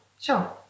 Sure